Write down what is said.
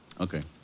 Okay